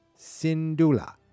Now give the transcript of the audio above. Sindula